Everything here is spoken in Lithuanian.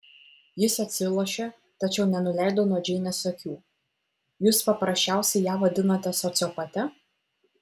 jis atsilošė tačiau nenuleido nuo džeinės akių jūs paprasčiausiai ją vadinate sociopate